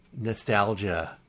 nostalgia